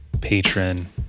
patron